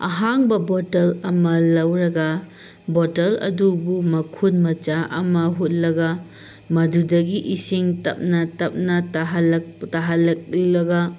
ꯑꯍꯥꯡꯕ ꯕꯣꯇꯜ ꯑꯃ ꯂꯧꯔꯒ ꯕꯣꯇꯜ ꯑꯗꯨꯕꯨ ꯃꯈꯨꯟ ꯃꯆꯥ ꯑꯃ ꯍꯨꯠꯂꯒ ꯃꯗꯨꯗꯒꯤ ꯏꯁꯤꯡ ꯇꯞꯅ ꯇꯞꯅ ꯇꯥꯍꯜꯂꯛꯂꯒ